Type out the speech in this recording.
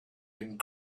and